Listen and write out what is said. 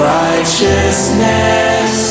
righteousness